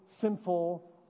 sinful